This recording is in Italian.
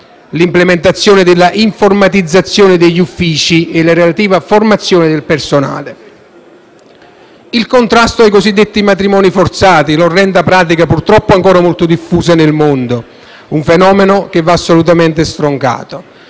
l'implementazione dell'informatizzazione degli uffici e la relativa formazione del personale; il contrasto ai cosiddetti matrimoni forzati, l'orrenda pratica purtroppo ancora molto diffusa nel mondo, un fenomeno assolutamente da stroncare;